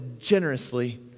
generously